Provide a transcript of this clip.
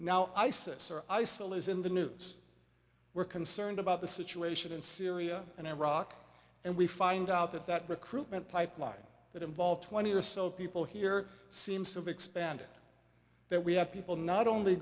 isolates in the news we're concerned about the situation in syria and iraq and we find out that that recruitment pipeline that involved twenty or so people here seems to be expanding that we have people not only